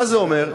מה זה אומר?